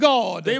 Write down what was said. God